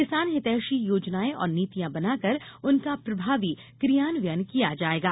किसान हितैषी योजनाएं और नीतियां बनाकर उनका प्रभावी कियान्वयन किया जायेगा